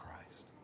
Christ